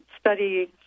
study